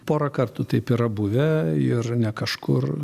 porą kartų taip yra buvę ir ne kažkur